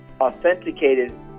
authenticated